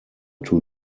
two